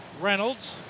Reynolds